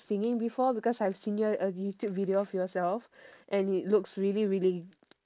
singing before because I've seen a youtube video of yourself and it looks really really